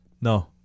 No